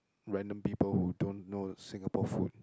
random people who don't know Singapore food